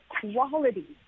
quality